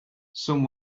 some